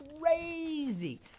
crazy